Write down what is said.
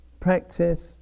practice